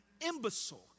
imbecile